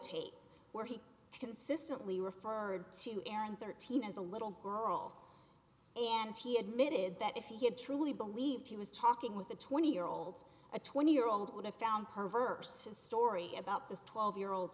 tape where he consistently referred to and thirteen as a little girl and he admitted that if he had truly believed he was talking with a twenty year olds a twenty year old would have found perverse a story about this twelve year old